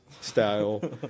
style